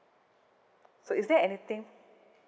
so is there anything